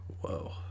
Whoa